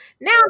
now